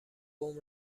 قوم